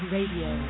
Radio